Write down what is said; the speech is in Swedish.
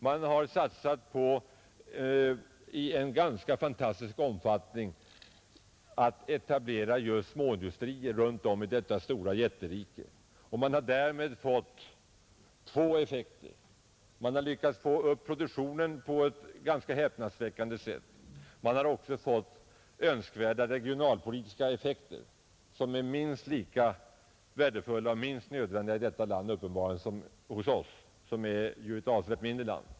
Man har i en ganska fantastisk omfattning satsat på att etablera just småindustrier runt om i detta jätterike. Man har därmed nått två effekter: man har lyckats öka produktionen på ett ganska häpnadsväckande sätt, och man har fått önskvärda regionalpolitiska effekter som uppenbarligen är minst lika värdefulla och nödvändiga i detta land som i vårt avsevärt mindre land.